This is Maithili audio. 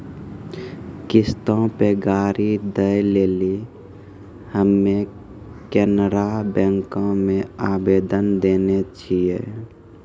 किश्तो पे गाड़ी दै लेली हम्मे केनरा बैंको मे आवेदन देने छिये